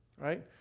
right